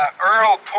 Earl